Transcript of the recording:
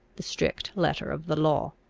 the strict letter of the law.